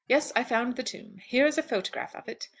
yes i found the tomb. here is a photograph of it.